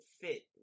fit